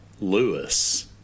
Lewis